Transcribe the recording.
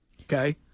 Okay